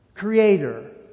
Creator